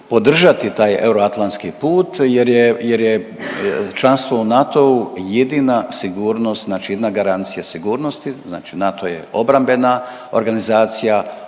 podržati taj euroatlantski put jer je članstvo u NATO-u jedina sigurnost, znači jedna garancija sigurnosti znači NATO je obrambena organizacija,